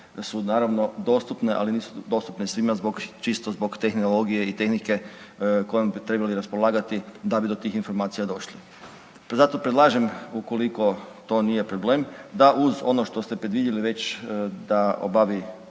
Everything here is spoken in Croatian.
su naravno dostupne, ali nisu dostupne svima čisto zbog tehnologije i tehnike kojom bi trebali raspolagati da bi do tih informacija došli. Pa zato predlažem ukoliko to nije problem da uz ono što ste predvidjeli već da obavi